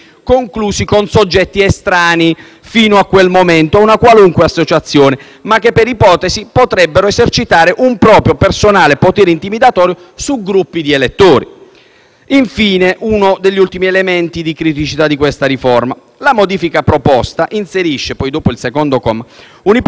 fino a quel momento a una qualunque associazione, ma che, per ipotesi, potrebbero esercitare un proprio personale potere intimidatorio su gruppi di elettori. Infine, uno degli ultimi elementi di criticità di questa riforma è il seguente. La modifica proposta inserisce, dopo il secondo comma, un'ipotesi di aggravante in caso di elezione,